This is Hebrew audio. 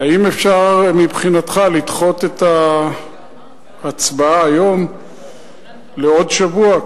האם אפשר מבחינתך לדחות את ההצבעה היום לעוד שבוע,